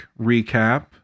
recap